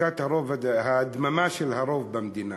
שתיקת הרוב, הדממה של הרוב במדינה,